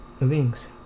wings